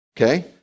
okay